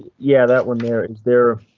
yeah, that one there is there.